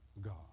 God